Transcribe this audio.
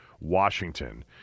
Washington